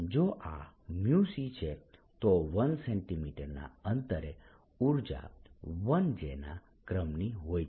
જો આ μc છે તો 1 cm ના અંતરે ઊર્જા 1 J ના ક્રમની હોય છે